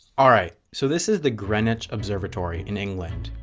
alright, so this is the greenwich observatory, in england.